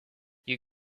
you